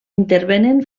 intervenen